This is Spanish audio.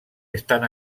están